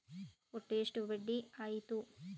ಒಟ್ಟು ಎಷ್ಟು ಬಡ್ಡಿ ಆಯಿತು?